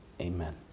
Amen